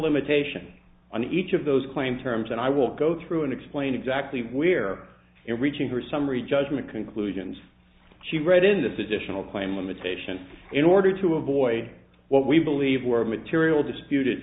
limitation on each of those claims terms and i will go through and explain exactly we're in reaching for summary judgment conclusions she read in this additional claim limitation in order to avoid what we believe were material disputed